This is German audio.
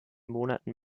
monaten